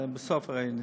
זה בסוף, הרי.